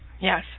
Yes